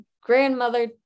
grandmother